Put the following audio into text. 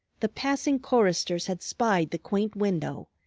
the passing choristers had spied the quaint window,